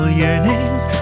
yearnings